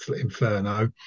Inferno